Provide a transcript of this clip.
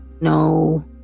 no